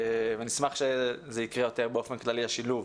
אני אשמח שהשילוב יקרה יותר באופן כללי.